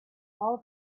all